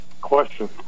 Question